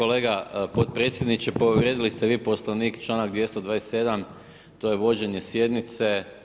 Kolega potpredsjedniče, povrijedili ste vi Poslovnik članak 227. to je vođenje sjednice.